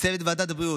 לצוות ועדת הבריאות,